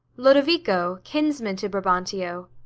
lodovico, kinsman to brabantio.